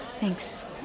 Thanks